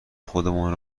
خودمان